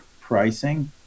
pricing